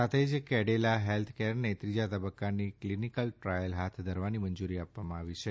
સાથે જ કેડીલા હેલ્થકેરને ત્રીજા તબકકાની કલીનીકલ ટ્રાયલ હાથ ધરવાની મંજુરી આપવામાં આવી છે